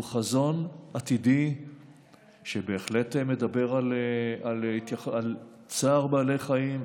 הוא חזון עתידי שבהחלט מדבר על צער בעלי חיים,